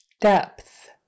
Depth